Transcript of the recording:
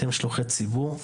אתם שלוחי ציבור,